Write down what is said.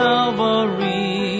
Calvary